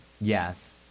Yes